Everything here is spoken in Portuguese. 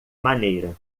maneira